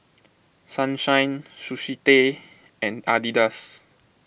Sunshine Sushi Tei and Adidas